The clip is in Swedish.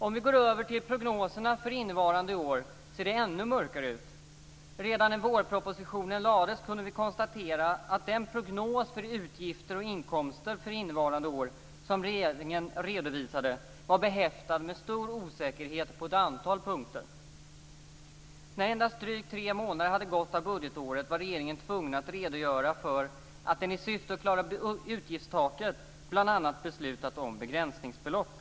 Om vi går över prognoserna för innevarande år ser det ännu mörkare ut. Redan när vårpropositionen lades fram kunde vi konstatera att den prognos för inkomster och utgifter för innevarande år som regeringen redovisade var behäftad med stor osäkerhet på ett antal punkter. När endast drygt tre månader hade gått av budgetåret var regeringen tvungen att redogöra för att den i syfte att klara utgiftstaket bl.a. beslutat om begränsningsbelopp.